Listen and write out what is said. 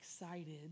excited